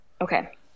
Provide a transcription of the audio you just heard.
okay